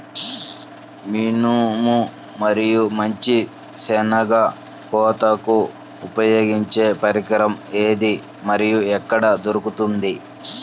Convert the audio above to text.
మినుము మరియు మంచి శెనగ కోతకు ఉపయోగించే పరికరం ఏది మరియు ఎక్కడ దొరుకుతుంది?